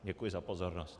Děkuji za pozornost.